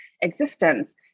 existence